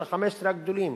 של ה-15 הגדולים,